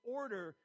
order